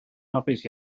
hapus